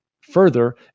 Further